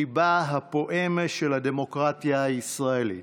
ליבה הפועם של הדמוקרטיה הישראלית,